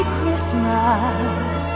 Christmas